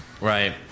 Right